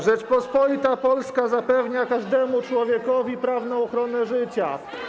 Rzeczpospolita Polska zapewnia każdemu człowiekowi prawną ochronę życia.